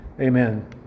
Amen